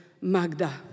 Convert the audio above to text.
Magda